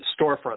storefront